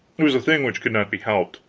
it was a thing which could not be helped,